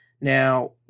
now